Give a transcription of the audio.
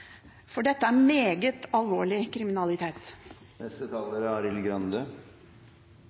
for dette er meget alvorlig kriminalitet.